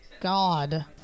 god